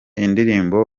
indirimbo